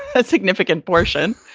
a significant portion